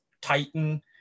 Titan